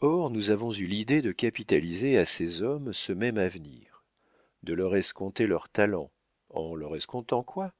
or nous avons eu l'idée de capitaliser à ces hommes ce même avenir de leur escompter leurs talents en leur escomptant quoi